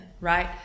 right